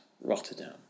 Rotterdam